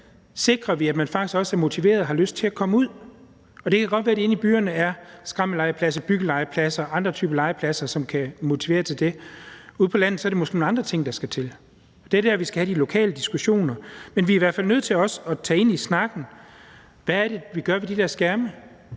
sikrer vi, at man faktisk også er motiveret for og har lyst til at komme ud? Og det kan godt være, at det inde i byerne er skrammellegepladser og byggelegepladser og andre typer legepladser, som kan motivere til det her. Ude på landet er der måske nogle andre ting, der skal til, og det er der, vi skal have de lokale diskussioner. Men vi er i hvert fald nødt til også at tage en snak om, hvad vi gør ved de der skærme.